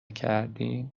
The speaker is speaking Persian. کردیم